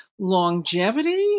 Longevity